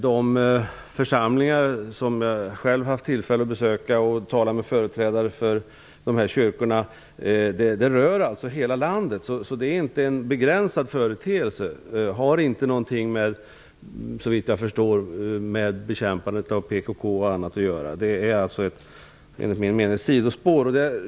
De församlingar som jag själv haft tillfälle att besöka för att tala med företrädare för kyrkorna finns i olika delar av landet. Såvitt jag förstår är detta ingen begränsad företeelse som har något med bekämpandet med PKK eller annat att göra. Det är enligt min mening ett sidospår.